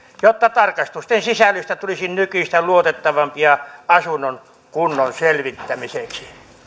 jotta tarkastusten sisällöstä tulisi nykyistä luotettavampi asunnon kunnon selvittämiseksi